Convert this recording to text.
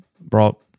Brought –